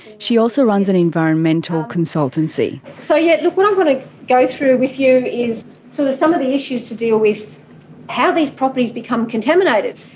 she also runs an environmental consultancy. so, yeah, look what i'm gonna go through with you is sort of some of the issues to deal with how these properties become contaminated?